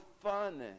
fun